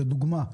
זאת דוגמה.